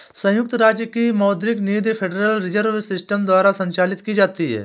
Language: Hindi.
संयुक्त राज्य की मौद्रिक नीति फेडरल रिजर्व सिस्टम द्वारा संचालित की जाती है